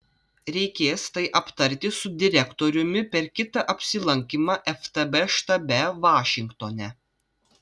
reikės tai aptarti su direktoriumi per kitą apsilankymą ftb štabe vašingtone